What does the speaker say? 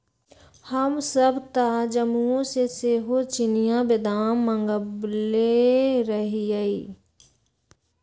हमसभ तऽ जम्मूओ से सेहो चिनियाँ बेदाम मँगवएले रहीयइ